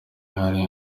hari